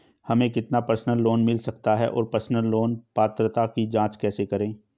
हमें कितना personal loan मिल सकता है और पर्सनल लोन पात्रता की जांच कैसे करें?